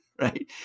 right